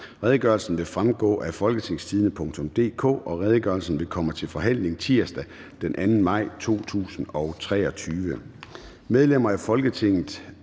Redegørelsen vil fremgå af www.folketingstidende.dk. Redegørelsen kommer til forhandling tirsdag den 2. maj 2023.